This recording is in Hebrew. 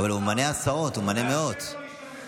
אמרתי שמראש, כשממנה אותו שר